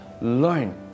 learn